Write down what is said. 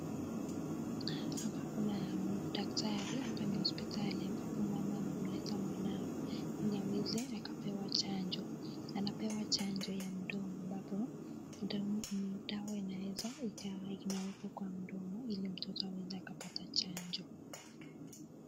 Hapa ni hospitali ambapo mama amemleta mwanao ili aweze akapewa chanjo. Anapewa chanjo ya mdomo ambapo dawa inaekwa kwa mdomo ili mtoto aweze akapata chanjo.